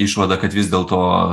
išvadą kad vis dėlto